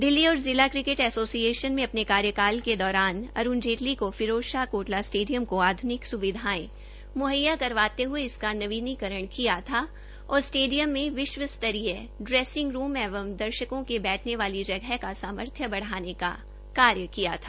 दिल्ली और जिला cricket association में अपने कार्यकाल के दौरान अरूण जेतली को फिरोजशाह कोटला स्टेडियम को आधुनिक सुविधावे मुहैया करवाते हये इसका नवीनीकरण कियाथा और स्टेडियम में विश्व स्तरीय इेसिंग कमरों एवं दर्शकों के बैठने वाली जगह का सामर्थ्य बढ़ाने का कार्य किया था